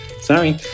Sorry